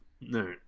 No